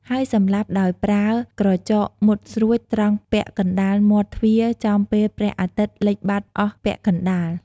ហើយសម្លាប់ដោយប្រើក្រចកមុតស្រួច ត្រង់ពាក់កណ្តាលមាត់ទ្វារចំពេលព្រះអាទិត្យលិចបាត់អស់ពាក់កណ្តាល។